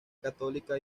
católica